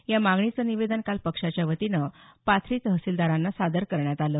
या मागणीचं निवेदन काल पक्षाच्या वतीनं पाथरी तहसीलदारांना सादर करण्यात आलं